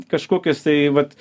kažkokias tai vat